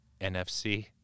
NFC